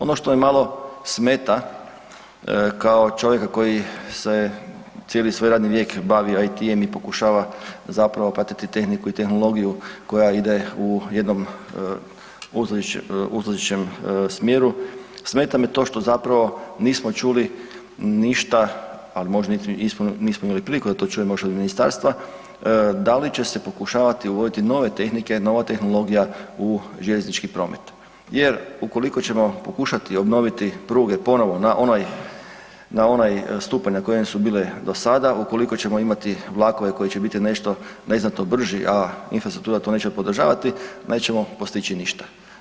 Ono što me malo smeta kao čovjeka koji se cijeli svoj radni vijek bavio IT-em i pokušava zapravo pratiti tehniku i tehnologiju koja ide u jednom …/nerazumljivo/… smjeru, smeta me to što zapravo nismo čuli ništa, a možda nismo niti imali priliku da čujemo još od ministarstva da li će se pokušavati uvoditi nove tehnike, nova tehnologija u željeznički promet jer ukoliko ćemo pokušati obnoviti pruge ponovo na onaj, na onaj stupanj na koje su bile do sada, ukoliko ćemo imati vlakove koji će biti nešto neznatno brži, a infrastruktura to neće podržavati nećemo postići ništa.